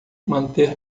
manter